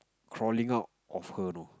crawling out of her know